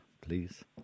please